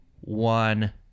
one